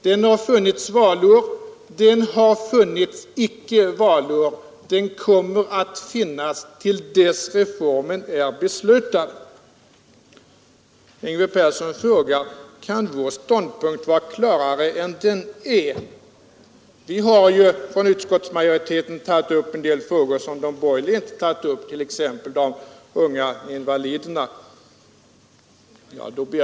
Den har funnits valår och icke valår, och den kommer att finnas till dess reformen är beslutad. Yngve Persson frågar: Kan vår ståndpunkt vara klarare än den är — utskottsmajoriteten har ju tagit upp en del frågor som de borgerliga inte tagit upp, t.ex. frågan om de unga invaliderna.